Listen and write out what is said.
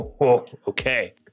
Okay